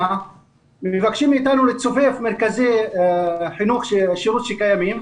ומבקשים מאיתנו לצופף מרכזי שירות שקיימים.